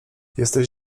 jesteś